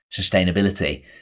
sustainability